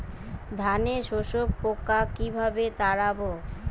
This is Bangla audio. ধানে শোষক পোকা কিভাবে তাড়াব?